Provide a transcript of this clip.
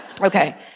okay